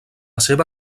seva